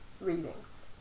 readings